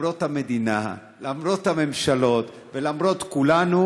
למרות המדינה, למרות הממשלות ולמרות כולנו,